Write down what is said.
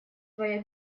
твоя